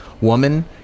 woman